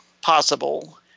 possible